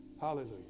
Hallelujah